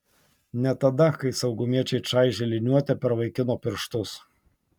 ne tada kai saugumiečiai čaižė liniuote per vaikino pirštus